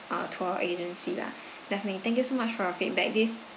uh tour agency lah definitely thank you so much for your feedback this